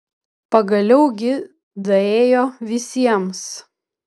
pagaliau gi daėjo visiems